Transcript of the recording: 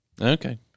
Okay